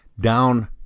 down